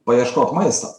paieškot maisto